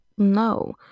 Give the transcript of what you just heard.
No